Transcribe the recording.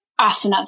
asanas